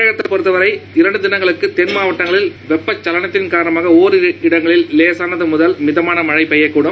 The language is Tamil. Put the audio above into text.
தமிழகத்தை பொறுத்த வரை இரண்டு தினங்களில் தென் மாவட்டங்களில் வெப்ப சலனம் காரணமாக ஒரிரு இடங்களில் லேசானது முதல் மிதமான மழையும் பெய்யக்கூடும்